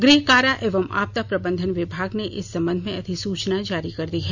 गृह कारा एवं आपदा प्रबंधन विभाग ने इस संबंध में अधिसूचना जारी कर दी है